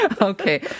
Okay